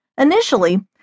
Initially